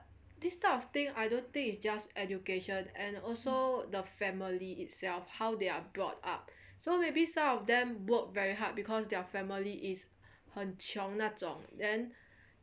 but this kind of thing I don't think it's just education also the family itself how they are brought up so maybe some of them work very hard because their family is 很穷那种 then